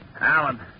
Alan